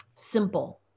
simple